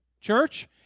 Church